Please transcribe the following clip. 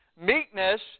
meekness